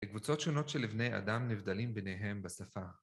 וקבוצות שונות של בני אדם נבדלים ביניהם בשפה.